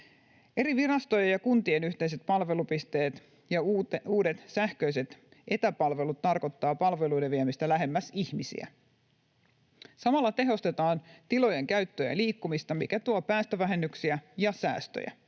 Eri virastojen ja kuntien yhteiset palvelupisteet ja uudet sähköiset etäpalvelut tarkoittavat palveluiden viemistä lähemmäs ihmisiä. Samalla tehostetaan tilojen käyttöä ja liikkumista, mikä tuo päästövähennyksiä ja säästöjä.